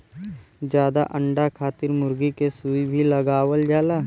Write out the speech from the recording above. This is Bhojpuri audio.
जादा अंडा खातिर मुरगी के सुई भी लगावल जाला